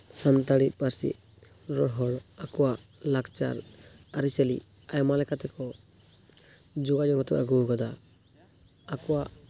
ᱥᱟᱱᱛᱟᱲᱤ ᱯᱟᱹᱨᱥᱤ ᱨᱚᱲ ᱟᱠᱚᱣᱟᱜ ᱞᱟᱠᱪᱟᱨ ᱟᱹᱨᱤᱪᱟᱹᱞᱤ ᱟᱭᱢᱟ ᱞᱮᱠᱟ ᱛᱮᱠᱚ ᱡᱳᱜᱟᱣ ᱡᱚᱛᱚᱱ ᱟᱹᱜᱩ ᱟᱠᱟᱫᱟ ᱟᱠᱚᱣᱟᱜ